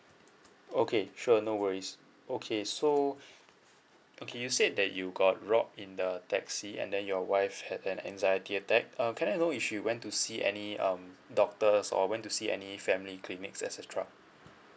okay sure no worries okay so you said that you got robbed in the taxi and then your wife had an anxiety attack um can I know if she went to see any um doctors or went to see any family clinics et cetera